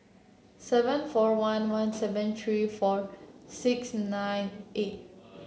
seven four one one seven three four six nine eight